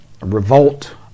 revolt